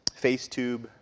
FaceTube